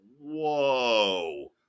whoa